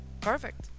Perfect